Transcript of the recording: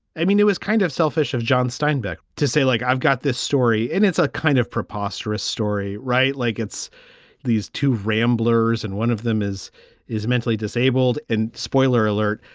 i mean, it was kind of selfish of john steinbeck to say, like, i've got this story and it's a kind of preposterous story. right. like, it's these two ramblers. and one of them is is mentally disabled. and spoiler alert,